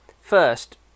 first